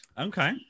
Okay